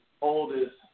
oldest